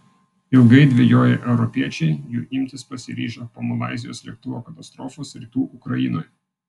ilgai dvejoję europiečiai jų imtis pasiryžo po malaizijos lėktuvo katastrofos rytų ukrainoje